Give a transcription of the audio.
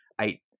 eight